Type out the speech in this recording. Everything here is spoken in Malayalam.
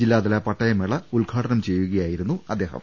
ജില്ലാതല പട്ടയമേള ഉദ്ഘാടനം ചെയ്യുകയായി രുന്നു അദ്ദേഹം